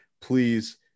please